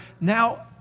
now